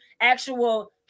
actual